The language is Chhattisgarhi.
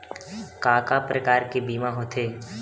का का प्रकार के बीमा होथे?